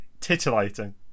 Titillating